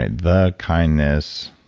and the kindness